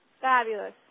Fabulous